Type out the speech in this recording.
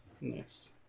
Nice